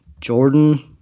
Jordan